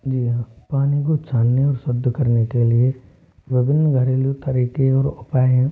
जी हाँ पानी को छानने और शुद्ध करने के लिए विभिन्न घरेलू तरीके और उपाय हैं